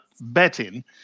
betting